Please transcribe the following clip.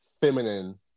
feminine